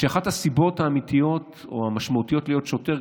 שאחת הסיבות האמיתיות או המשמעותיות להיות שוטר,